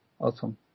Awesome